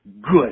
Good